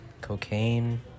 Cocaine